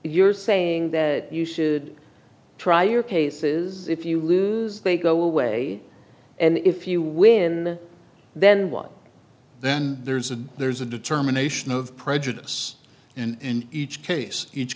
you're saying that you should try your cases if you lose they go away and if you win then what then there's a there's a determination of prejudice in each case each